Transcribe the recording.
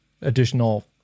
additional